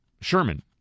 Sherman